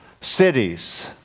cities